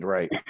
Right